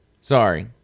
Sorry